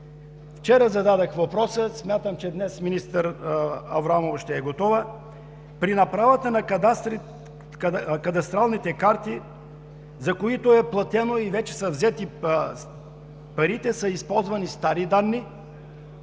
Вчера зададох въпроса, смятам, че днес министър Аврамова ще е готова. При направата на кадастралните карти, за които е платено и вече са взети парите, са използвани стари данни.